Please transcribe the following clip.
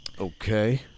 Okay